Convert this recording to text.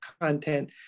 content